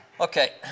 Okay